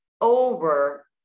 over